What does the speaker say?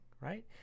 right